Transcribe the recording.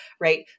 right